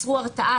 יצרו הרתעה,